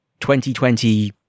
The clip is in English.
2020